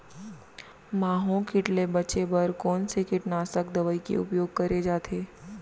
माहो किट ले बचे बर कोन से कीटनाशक दवई के उपयोग करे जाथे?